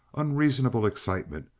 unreasonable excitement,